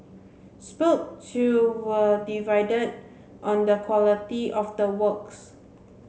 spoke to were divided on the quality of the works